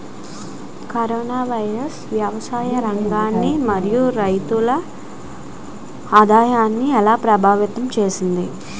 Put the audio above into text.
Corona virus వ్యవసాయ రంగాన్ని మరియు రైతుల ఆదాయాన్ని ఎలా ప్రభావితం చేస్తుంది?